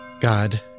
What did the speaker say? God